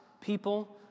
people